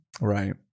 Right